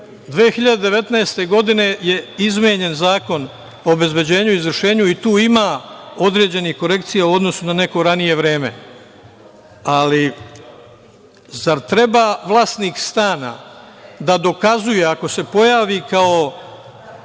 2019. Godine 2019. je izmenjen Zakon o obezbeđenju i izvršenju i tu ima određenih korekcija u odnosu na neko ranije vreme. Ali, zar treba vlasnik stana da dokazuje, ako se pojavi kao